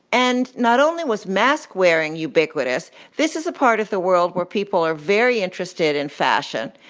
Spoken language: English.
and not only was mask-wearing ubiquitous this is a part of the world where people are very interested in fashion.